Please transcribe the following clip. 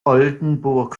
oldenburg